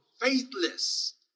faithless